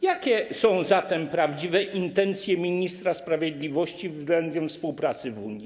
Jakie są zatem prawdziwe intencje ministra sprawiedliwości względem współpracy w Unii?